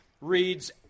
reads